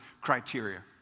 criteria